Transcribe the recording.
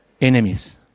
enemies